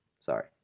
Sorry